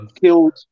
killed